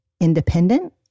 independent